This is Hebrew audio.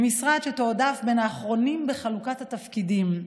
ממשרד שתועדף בין האחרונים בחלוקת התפקידים,